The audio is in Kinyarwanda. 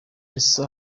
ese